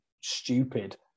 stupid